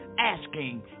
Asking